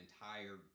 entire